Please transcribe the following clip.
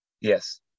yes